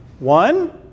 One